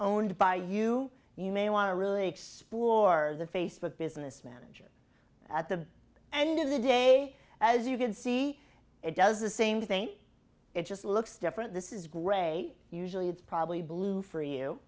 owned by you you may want to really explore the facebook business manager at the end of the day as you can see it does the same thing it just looks different this is gray usually it's probably blue for you